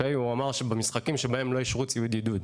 הוא אמר שבמשחקים שבהם לא אישרו ציוד עידוד,